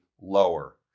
lower